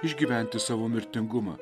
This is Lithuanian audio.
išgyventi savo mirtingumą